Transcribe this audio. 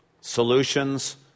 solutions